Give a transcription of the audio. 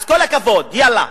אז כל הכבוד, יאללה,